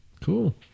cool